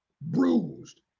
bruised